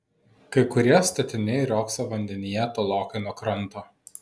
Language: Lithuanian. kai kurie statiniai riogso vandenyje tolokai nuo kranto